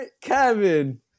Kevin